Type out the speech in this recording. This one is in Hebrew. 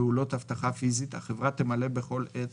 פעולות אבטחה פיזית, החברה תמלא בכל עת